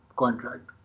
contract